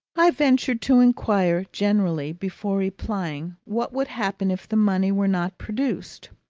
i ventured to inquire, generally, before replying, what would happen if the money were not produced.